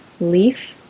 leaf